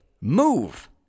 move